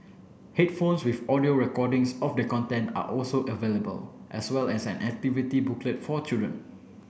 headphones with audio recordings of the content are also available as well as an activity booklet for children